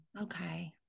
Okay